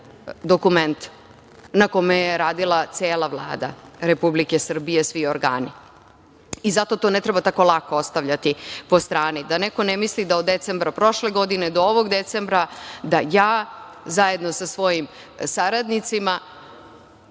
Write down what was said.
dokument na kome je radila cela Vlada Republike Srbije, svi organi. Zato to ne treba tako lako ostavljati po strani. Da neko ne misli da od decembra prošle godine do ovog decembra da ja, zajedno sa svojim saradnicima,